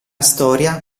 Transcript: storia